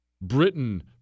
Britain